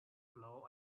float